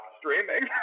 streaming